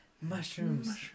Mushrooms